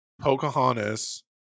Pocahontas